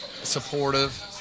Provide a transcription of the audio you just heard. Supportive